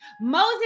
Moses